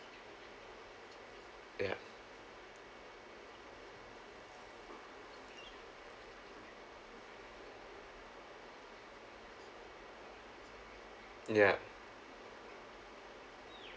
ya ya